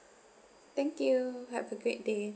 thank you have a great day